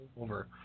over